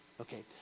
Okay